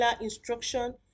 instruction